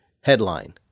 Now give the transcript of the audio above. Headline